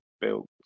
built